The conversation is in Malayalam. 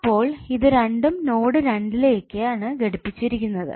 അപ്പോൾ ഇത് രണ്ടും നോഡ് 2 യിലേക്കാണ് ഘടിപ്പിച്ചിരിക്കുന്നത്